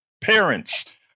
Parents